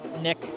Nick